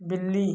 बिल्ली